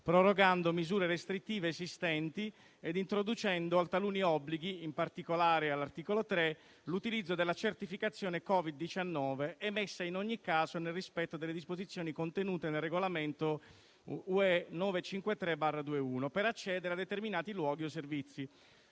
prorogando misure restrittive esistenti e introducendo taluni obblighi, in particolare, all'articolo 3, l'utilizzo della certificazione Covid-19 (emessa in ogni caso nel rispetto delle disposizioni contenute nel regolamento UE 953/21) per accedere a determinati luoghi o servizi.